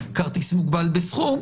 כרטיסים שמים שהמעסיק מפקיד לעובדים שלו.